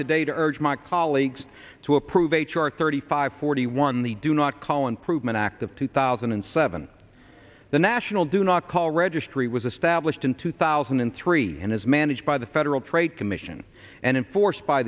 to urge my colleagues to approve h r thirty five forty one the do not call improvement act of two thousand and seven the national do not call registry was established in two thousand and three and is managed by the federal trade commission and enforced by